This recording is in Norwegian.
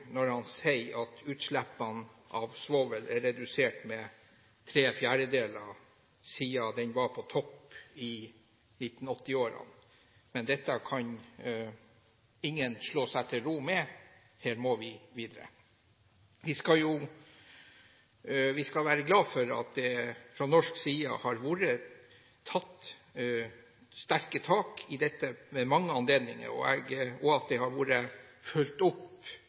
når han sier at utslippene av svovel er redusert med tre fjerdedeler siden de var på topp i 1980-årene, men dette kan ingen slå seg til ro med. Her må vi videre. Vi skal være glad for at det fra norsk side har blitt tatt sterke tak i dette ved mange anledninger, og at det har vært fulgt opp.